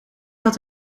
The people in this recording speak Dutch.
had